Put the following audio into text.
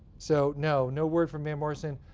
so no, no word from van morrison.